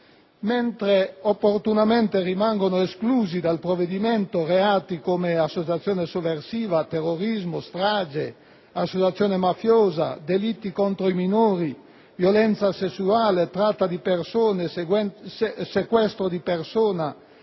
Mentre opportunamente rimangono esclusi dal provvedimento reati come associazione sovversiva, terrorismo, strage, associazione mafiosa, delitti contro i minori, violenza sessuale, tratta di persone, sequestro di persona,